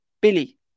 Billy